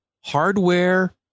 hardware